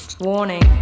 Warning